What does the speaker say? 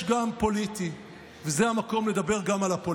יש עוד חלק בהצעה שמציע שלא נגבה ממנו על כך שכר לימוד.